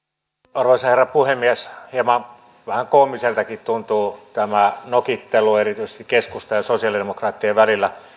arvoisa herra puhemies hieman vähän koomiseltakin tuntuu tämä nokittelu erityisesti keskustan ja sosiaalidemokraattien välillä